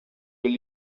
will